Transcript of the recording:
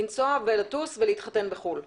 לנסוע ולטוס ולהתחתן בחו"ל?